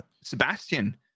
Sebastian